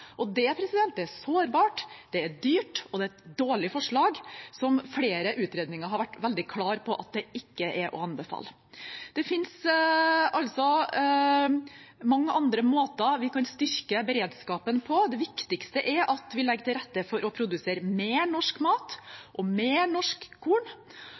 Det er sårbart, det er dyrt, og det er et dårlig forslag, som flere utredninger har vært veldig klar på at ikke er å anbefale. Det fins mange andre måter vi kan styrke beredskapen på. Det viktigste er at vi legger til rette for å produsere mer norsk mat, mer norsk korn.